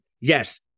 yes